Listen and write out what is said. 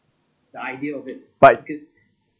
but